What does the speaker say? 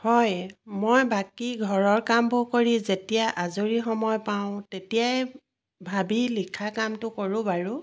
হয় মই বাকী ঘৰৰ কামবোৰ কৰি যেতিয়া আজৰি সময় পাওঁ তেতিয়াই ভাবি লিখা কামটো কৰোঁ বাৰু